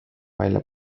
välja